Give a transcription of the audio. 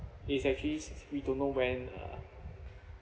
it's actually s~ we don't know when uh